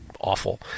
awful